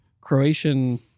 Croatian